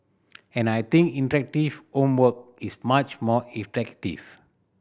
and I think interactive homework is much more effective